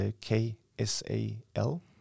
K-S-A-L